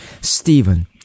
Stephen